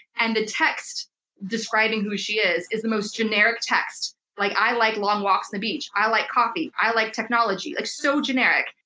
and the text describing who she is is the most generic text, like i like long walks beach. i like coffee. i like technology. like so generic.